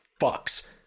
fucks